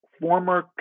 former